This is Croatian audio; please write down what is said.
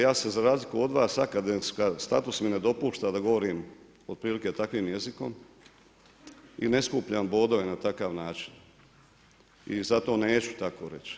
Ja se za razliku od vas akademska status mi ne dopušta da govorim otprilike takvim jezikom i ne skupljam bodove na takav način i zato neću tako reć.